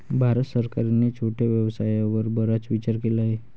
भारत सरकारने छोट्या व्यवसायावर बराच विचार केला आहे